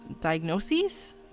diagnoses